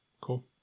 cool